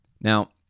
Now